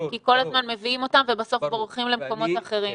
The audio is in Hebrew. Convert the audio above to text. כי כל הזמן מביאים אותם ובסוף בורחים למקומות אחרים.